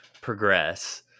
progress